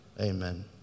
Amen